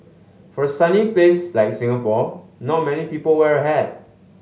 for a sunny place like Singapore not many people wear a hat